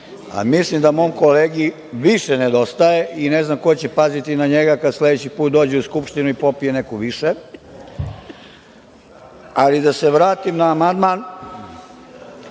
a mislim da mom kolegi više nedostaje i ne znam ko će paziti na njega kada sledeći put dođe u Skupštinu i popije neku više, ali da se vratim na amandman…